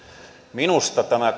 minusta tämä